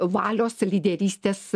valios lyderystės